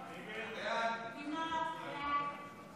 סעיף 1 נתקבל.